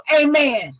amen